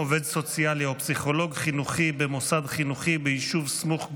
עובד סוציאלי או פסיכולוג חינוכי במוסד חינוכי ביישוב סמוך גבול),